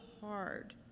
hard